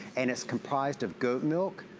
and it's comprised of goat